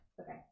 Okay